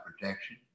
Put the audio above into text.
protection